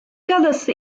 galası